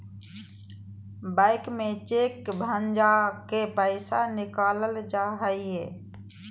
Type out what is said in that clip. bank में cheque भंजा के पैसा निकालल जा हय